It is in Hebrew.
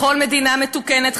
בכל מדינה מתוקנת,